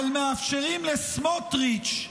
אבל מאפשרים לסמוטריץ'